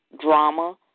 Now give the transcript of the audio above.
drama